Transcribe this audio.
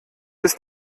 ist